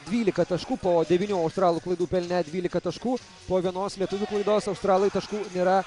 dvylika taškų po devynių australų klaidų pelnė dvylika taškų po vienos lietuvių klaidos australai taškų nėra